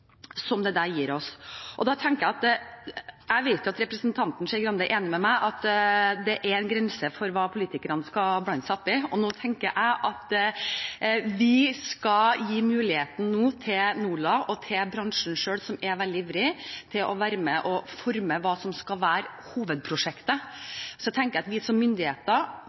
gir oss? Jeg vet at representanten Skei Grande er enig med meg i at det er en grense for hva politikerne skal blande seg opp i. Jeg tenker at nå skal vi gi muligheten til NORLA og til bransjen selv, som er veldig ivrig, til å være med og forme hva som skal være hovedprosjektet. Og så tenker jeg at vi som myndigheter,